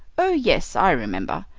oh yes, i remember.